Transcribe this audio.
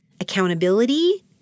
accountability